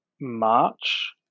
March